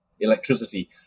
electricity